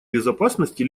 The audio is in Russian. безопасности